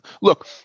look